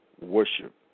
worship